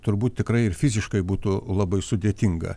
turbūt tikrai ir fiziškai būtų labai sudėtinga